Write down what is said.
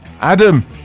Adam